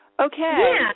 Okay